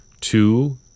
Two